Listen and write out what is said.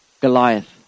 Goliath